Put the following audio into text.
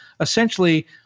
essentially